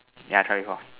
yeah I try before